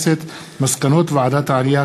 מסקנות ועדת העלייה,